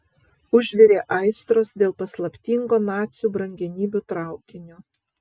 užvirė aistros dėl paslaptingo nacių brangenybių traukinio